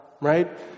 right